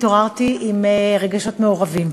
התעוררתי עם רגשות מעורבים.